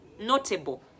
notable